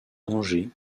angers